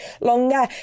longer